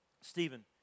Stephen